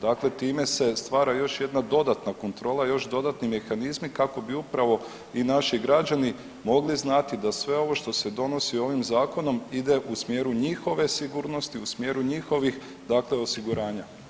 Dakle, time se stvara još jedna dodatna kontrola, još dodatni mehanizmi kako bi upravo i naši građani mogli znati da sve ovo što se donosi ovim zakonom ide u smjeru njihove sigurnosti, u smjeru njihovih dakle osiguranja.